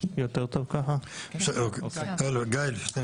אלה תוכניות